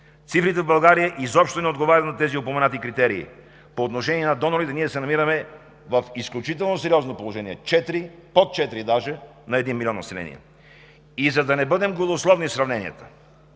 Цифрите в България изобщо не отговарят на тези упоменати критерии. По отношение на донорите ние се намираме в изключително сериозно положение – дори под 4 на един милион население. И за да не бъдем голословни в сравненията,